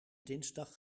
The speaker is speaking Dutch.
dinsdag